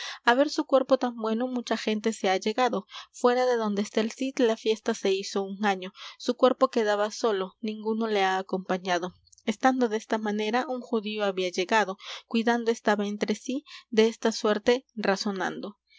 á ver su cuerpo tan bueno mucha gente se ha llegado fuera de donde está el cid la fiesta se hizo un año su cuerpo quedaba solo ninguno le ha acompañado estando desta manera un judío había llegado cuidando estaba entre sí desta suerte razonando